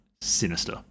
sinister